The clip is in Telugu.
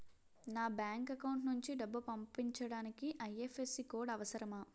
నా బ్యాంక్ అకౌంట్ నుంచి డబ్బు పంపించడానికి ఐ.ఎఫ్.ఎస్.సి కోడ్ అవసరమా?